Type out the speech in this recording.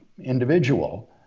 individual